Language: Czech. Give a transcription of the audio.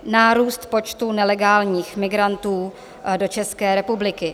Nárůst počtu nelegálních migrantů do České republiky.